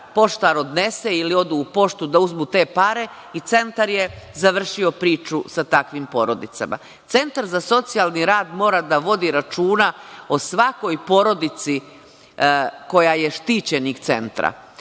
Poštar odnese ili odu u poštu da uzmu te pare i Centar je završio priču sa takvim porodicama. Centar za socijalni rad mora da vodi računa o svakoj porodici koja je štićenik centara